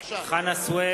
(קורא בשמות חברי הכנסת) חנא סוייד,